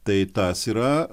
tai tas yra